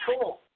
cool